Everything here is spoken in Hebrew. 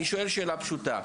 אני שואל שאלה פשוטה.